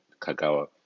Kagawa